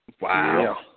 Wow